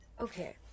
Okay